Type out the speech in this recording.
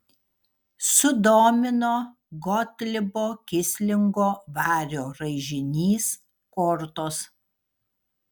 sudomino gotlibo kislingo vario raižinys kortos